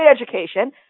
education